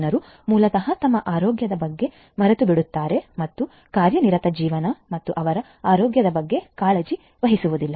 ಜನರು ಮೂಲತಃ ತಮ್ಮ ಆರೋಗ್ಯದ ಬಗ್ಗೆ ಮರೆತುಬಿಡುತ್ತಾರೆ ಮತ್ತು ಕಾರ್ಯನಿರತ ಜೀವನ ಮತ್ತು ಅವರ ಆರೋಗ್ಯದ ಬಗ್ಗೆ ಕಾಳಜಿ ವಹಿಸುತ್ತಾರೆ